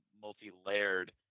multi-layered